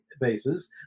bases